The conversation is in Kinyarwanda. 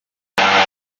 perezida